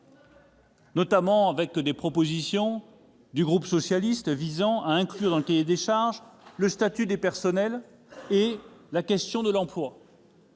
notamment des propositions du groupe socialiste visant à inclure dans celui-ci le statut des personnels et la question de l'emploi.